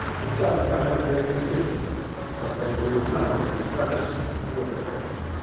and sometimes they petition but they do nothing in earnest and with effect.